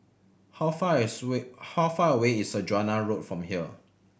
how far is way how far away is Saujana Road from here